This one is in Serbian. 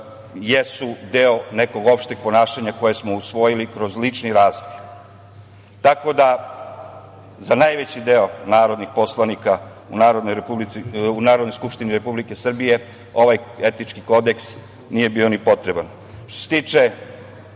jesu deo nekog opšteg ponašanja koje smo usvojili kroz lični razvoj. Tako da za najveći deo narodnih poslanika u Narodnoj skupštini Republike Srbije ovaj etički kodeks nije bio ni potreban. Što se tiče